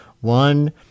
One